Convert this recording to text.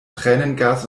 tränengas